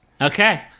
Okay